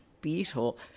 beetle